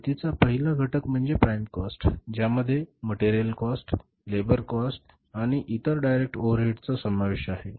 किंमतीचा पहिला घटक म्हणजे प्राइम कॉस्ट ज्यामध्ये मटेरियल कॉस्ट लेबर कॉस्ट आणि इतर डायरेक्ट ओव्हरहेडचा समावेश आहे